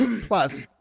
Plus